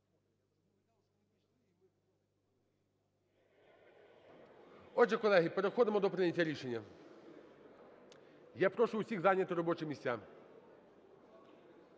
Отже, колеги, переходимо до прийняття рішення. Я прошу усіх зайняти робочі місця.